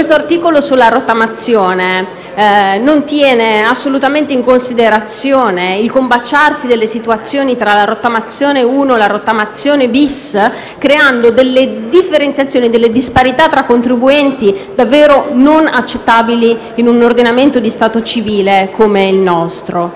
l'articolo sulla rottamazione non tiene assolutamente in considerazione il combaciare delle situazioni tra la rottamazione uno e la rottamazione *bis*, creando delle differenziazioni e delle disparità tra contribuenti davvero non accettabili in un ordinamento di Stato civile come il nostro.